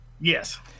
Yes